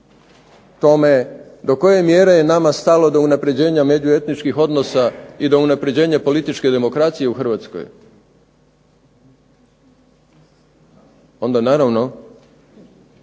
tome do koje mjere je nama stalo do unapređenja međuetničkih odnosa i do unapređenja političke demokracije u Hrvatskoj, onda naravno